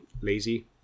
lazy